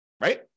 Right